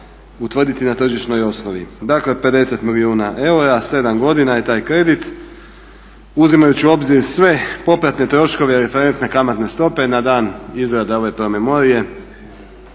utvrditi na tržišnoj osnovi. Dakle 50 milijuna eura, 7 godina je taj kredit. Uzimajući u obzir sve popratne troškove i referentne kamatne stopa na dan izrade ove promemorije